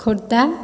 Khordha